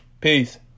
Peace